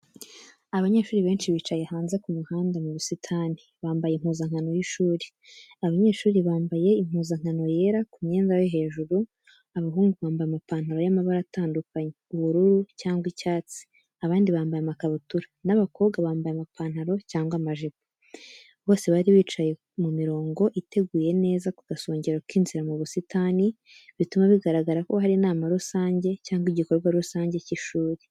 Abanyeshuri benshi bicaye hanze ku muhanda mubusitani, bambaye impuzankano y’ishuri. Abanyeshuri bambaye impuzankano yera ku myenda yo hejuru, abahungu bambaye amapantaro y’amabara atandukanye: ubururu cyangwa icyatsi, abandi bambaye amakabutura, n’abakobwa bambaye amapantaro cyangwa amajipo. Bose bari bicaye mu mirongo iteguye neza ku gasongero k’inzira mubusitani, bituma bigaragara ko hari inama rusange cyangwa igikorwa rusange cy’ishuri.